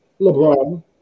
LeBron